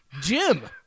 Jim